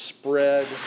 Spread